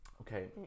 Okay